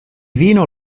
vino